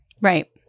Right